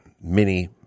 mini